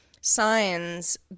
signs